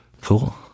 Cool